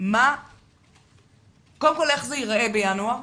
איך זה ייראה בינואר